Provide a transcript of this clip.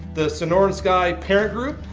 the sonoran sky parent group,